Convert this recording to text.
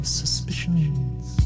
suspicions